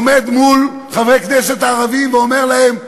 עומד מול חברי הכנסת הערבים ואומר להם: